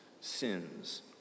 sins